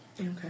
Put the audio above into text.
okay